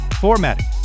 formatting